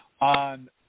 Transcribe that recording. on